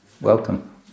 welcome